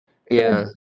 ya